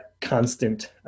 constant